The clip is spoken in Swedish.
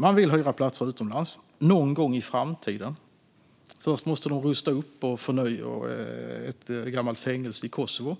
Man vill hyra platser utomlands någon gång i framtiden. Först måste man rusta upp ett gammalt fängelse i Kosovo.